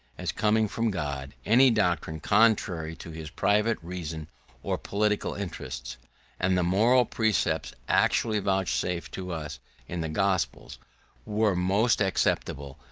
as coming from god, any doctrine contrary to his private reason or political interest and the moral precepts actually vouchsafed to us in the gospels were most acceptable,